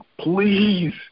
please